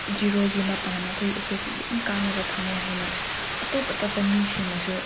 ꯖꯤꯔꯣꯒꯤ ꯃꯄꯥꯟꯅ ꯑꯩꯈꯣꯏ ꯑꯩꯈꯣꯏꯁꯦ ꯌꯥꯝ ꯀꯥꯟꯅꯕ ꯐꯪꯉꯦ ꯍꯥꯏꯅ ꯑꯇꯣꯞ ꯑꯇꯣꯞꯄ ꯃꯤꯁꯤꯡꯅꯁꯨ